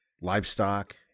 livestock